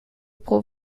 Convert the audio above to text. pro